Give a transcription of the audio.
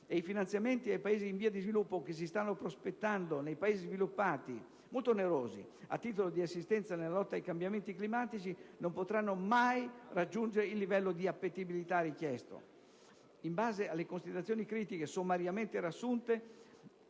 (molto onerosi) ai Paesi in via di sviluppo che si stanno prospettando nei Paesi sviluppati a titolo di assistenza nella lotta ai cambiamenti climatici non potranno mai raggiungere il livello di appetibilità richiesto. In base alle considerazioni critiche sommariamente riassunte,